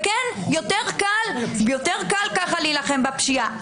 כן, יותר קל להילחם כך בפשיעה.